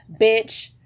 bitch